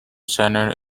centre